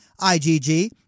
IgG